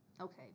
Okay